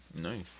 Nice